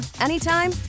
anytime